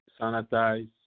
sanitize